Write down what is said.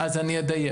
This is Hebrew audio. אז אני אדייק,